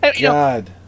God